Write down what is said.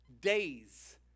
Days